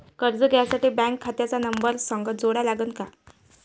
कर्ज घ्यासाठी बँक खात्याचा नंबर संग जोडा लागन का?